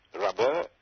rubber